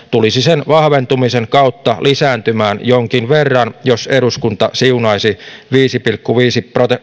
tulisi sen vahventumisen kautta lisääntymään jonkin verran jos eduskunta siunaisi viisi pilkku viisi